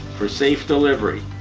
for safe delivery.